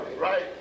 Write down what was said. Right